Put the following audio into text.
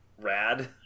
rad